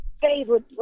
favorite